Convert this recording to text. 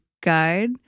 guide